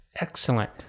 Excellent